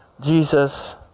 Jesus